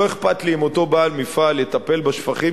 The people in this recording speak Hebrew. לא אכפת לי אם אותו בעל מפעל יטפל בשפכים